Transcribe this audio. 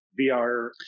VR